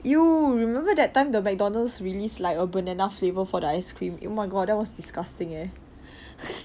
!eww! remember that time the mcdonald's release like a banana flavour for the ice cream oh my god that was disgusting eh